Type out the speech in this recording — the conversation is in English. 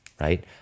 right